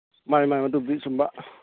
ꯃꯥꯅꯦ ꯃꯥꯅꯦ ꯑꯗꯨꯕꯨꯗꯤ ꯆꯨꯝꯕ